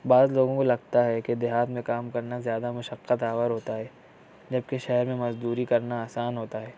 بعض لوگوں کو لگتا ہے کہ دیہات میں کام کرنا زیادہ مشقت آور ہوتا ہے جبکہ شہر میں مزدوری کرنا آسان ہوتا ہے